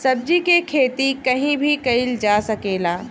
सब्जी के खेती कहीं भी कईल जा सकेला